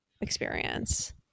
experience